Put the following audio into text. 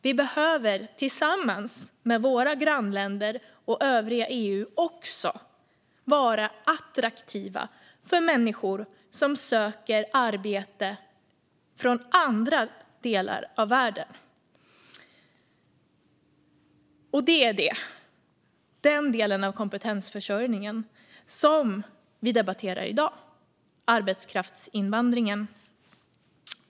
Vi behöver tillsammans med våra grannländer och övriga EU också vara attraktiva för människor från andra delar av världen som söker arbete. Det är den delen av kompetensförsörjningen som debatteras i dag: arbetskraftsinvandringen.